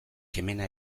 kemena